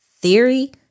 theory